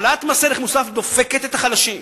העלאת מס ערך מוסף דופקת את החלשים,